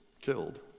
killed